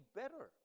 better